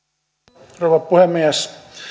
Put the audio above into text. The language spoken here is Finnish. arvoisa rouva puhemies